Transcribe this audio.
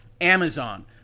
Amazon